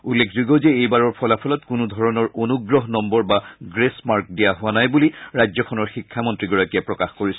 উল্লেখযোগ্য যে এইবাৰৰ ফলাফলত কোনো ধৰণৰ অনুগ্ৰহ নম্বৰ বা গ্ৰেচ মাৰ্ক দিয়া হোৱা নাই বুলি ৰাজ্যখনৰ শিক্ষামন্ত্ৰীগৰাকীয়ে প্ৰকাশ কৰিছে